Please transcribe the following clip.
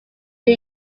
new